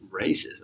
racism